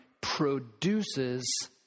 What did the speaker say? produces